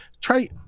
try